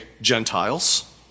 Gentiles